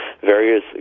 Various